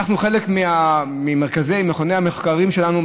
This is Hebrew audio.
חלק ממכוני המחקר שלנו הוא,